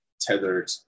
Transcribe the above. tethered